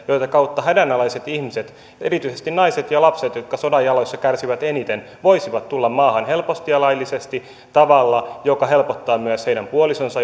joita kautta hädänalaiset ihmiset erityisesti naiset ja lapset jotka sodan jaloissa kärsivät eniten voisivat tulla maahan helposti ja laillisesti tavalla joka helpottaa myös heidän